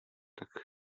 tak